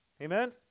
Amen